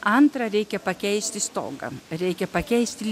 antra reikia pakeisti stogą reikia pakeisti